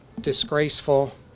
disgraceful